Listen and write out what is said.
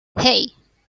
hey